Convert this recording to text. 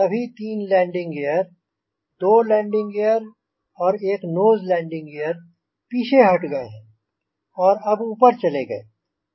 सभी तीन landing gear दो लैंडिंग गियर और एक नोज़ लैंडिंग गियर पीछे हट गए हैं और अब ऊपर चले गए